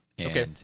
Okay